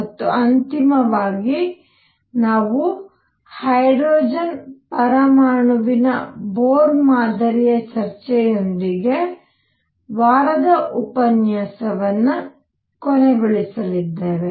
ಮತ್ತು ಅಂತಿಮವಾಗಿ ನಾವು ಹೈಡ್ರೋಜನ್ ಪರಮಾಣುವಿನ ಬೋರ್ ಮಾದರಿಯ ಚರ್ಚೆಯೊಂದಿಗೆ ವಾರದ ಉಪನ್ಯಾಸವನ್ನು ಕೊನೆಗೊಳಿಸಿದ್ದೇವೆ